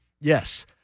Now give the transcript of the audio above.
Yes